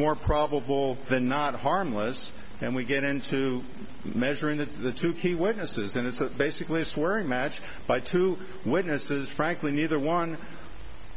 more probable than not harmless and we get into measuring that the two key witnesses and it's basically swearing match by two witnesses frankly neither one